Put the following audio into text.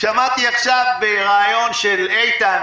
שמעתי עכשיו רעיון של איתן,